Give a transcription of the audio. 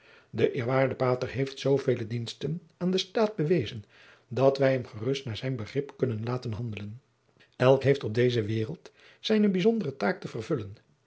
de eerwaarde pater heeft zoovele diensten aan den staat bewezen dat wij hem gerust naar zijn begrip kunnen laten handelen elk heeft op deze waereld zijne bijzondere zaak te vervullen